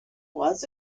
was